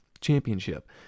championship